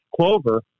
clover